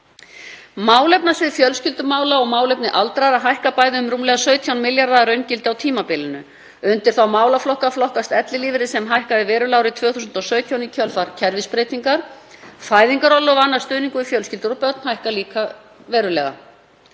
Málefnasvið fjölskyldumála og málefni aldraðra hækka bæði um rúmlega 17 milljarða að raungildi á tímabilinu. Undir þá málaflokka flokkast ellilífeyrir sem hækkaði verulega árið 2017 í kjölfar kerfisbreytingar. Fæðingarorlof og annar stuðningur við fjölskyldur og börn hækkar líka verulega.